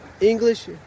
English